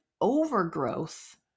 overgrowth